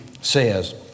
says